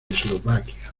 eslovaquia